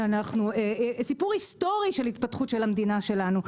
סיפור היסטורי של התפתחות המדינה שלנו,